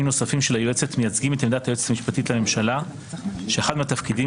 נוספים של היועצת מייצגים את עמדת היועצת המשפטית לממשלה שאחד מהתפקידים